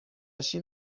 شیم